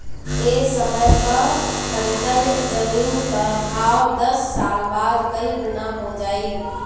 ए समय कअ खरीदल जमीन कअ भाव दस साल बाद कई गुना हो जाई